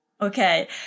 Okay